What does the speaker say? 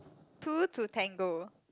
two to tango